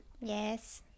Yes